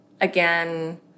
again